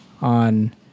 on